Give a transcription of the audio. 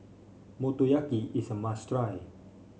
motoyaki is a must try